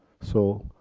so,